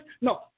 No